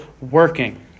working